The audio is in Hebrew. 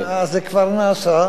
וזה כבר נעשה.